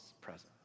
presence